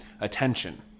attention